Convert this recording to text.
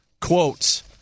quotes